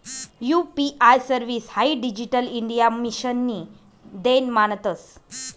UPI service हाई digital India मिशननी देन मानतंस